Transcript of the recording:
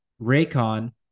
Raycon